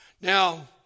Now